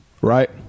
Right